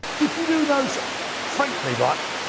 if you do those frankly right,